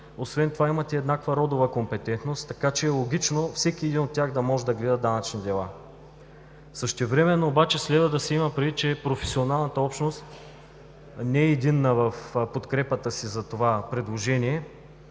освен това имат и еднаква родова компетентност, логично е всеки един от тях да може да гледа данъчни дела. Същевременно следва да се има предвид, че професионалната общност не е единна в подкрепата си за това предложение